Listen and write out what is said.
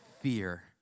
fear